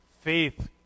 Faith